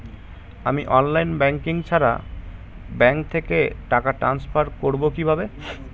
আমি online banking ছাড়া bank থেকে টাকা ট্রান্সফার করবো কিভাবে?